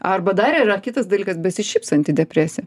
arba dar yra kitas dalykas besišypsanti depresija